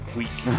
week